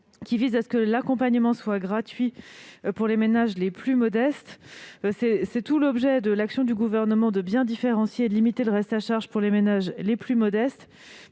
qui vise à rendre l'accompagnement gratuit pour les ménages les plus modestes. Tout l'objet de l'action du Gouvernement est de bien différencier et de limiter le reste à charge pour les ménages les plus modestes.